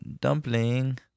Dumpling